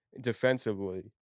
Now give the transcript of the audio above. defensively